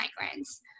migrants